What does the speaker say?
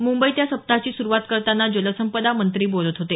मुंबईत या सप्ताहाची सुरुवात करताना जलसंपदा मंत्री बोलत होते